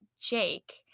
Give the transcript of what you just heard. Jake